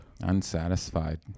Unsatisfied